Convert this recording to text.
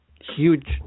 huge